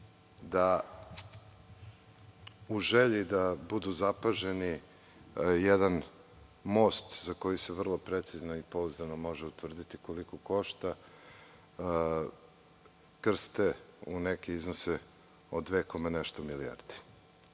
da, u želji da budu zapaženi, jedan most za koji se vrlo precizno i pouzdano može utvrditi koliko košta, krste u neke iznose od dve i nešto